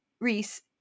Reese